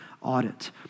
audit